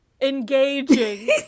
engaging